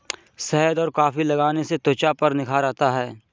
शहद और कॉफी लगाने से त्वचा पर निखार आता है